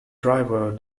driver